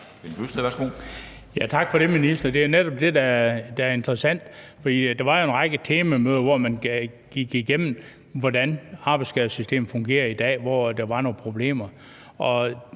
Tak for det, minister. Det er netop det, der er interessant. For der var jo en række temamøder, hvor man gik igennem, hvordan arbejdsskadesystemet fungerer i dag, og hvor der var nogle problemer.